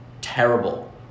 terrible